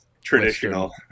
Traditional